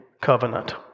covenant